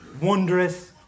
wondrous